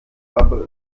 aber